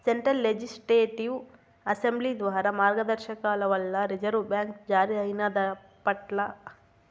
central legislative assembly ద్వారా మార్గదర్శకాల వల్ల రిజర్వు బ్యాంక్ జారీ అయినాదప్పట్ల